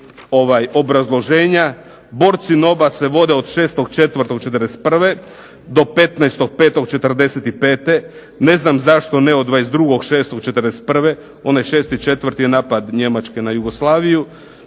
obrazloženja borci NOB-a se vode od 6. 4. 41. do 15. 5. 45. ne znam zašto ne od 22. 6. 41. onaj 6. 4. je napad Njemačke na Jugoslaviju,